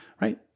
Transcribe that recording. right